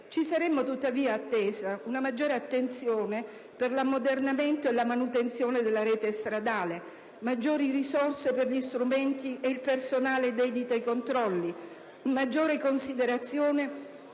Ci saremmo tuttavia aspettati maggiore attenzione per l'ammodernamento e la manutenzione della rete stradale, maggiori risorse per gli strumenti e il personale dedito ai controlli, maggior considerazione